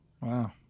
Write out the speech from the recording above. Wow